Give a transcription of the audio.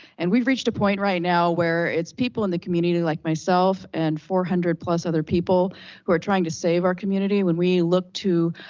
and we've reached a point right now where it's people in the community like myself and four hundred plus other people who are trying to save our community. when we look to,